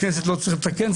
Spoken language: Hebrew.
בכנסת לא צריך לתקן.